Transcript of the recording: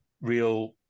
real